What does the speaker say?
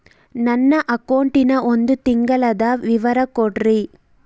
ನನ್ನ ಅಕೌಂಟಿನ ಒಂದು ತಿಂಗಳದ ವಿವರ ಕೊಡ್ರಿ?